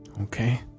Okay